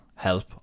help